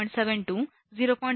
7 முதல் 0